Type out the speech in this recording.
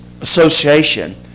association